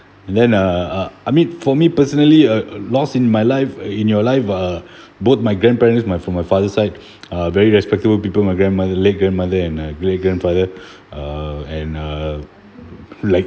and then uh I mean for me personally uh lost in my life in your life uh both my grandparents my from my father side uh very respectable people my grandmother late grandmother and uh grandfather uh and uh like